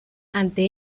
ante